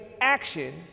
action